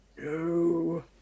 No